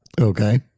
Okay